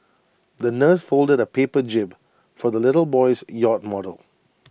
the nurse folded A paper jib for the little boy's yacht model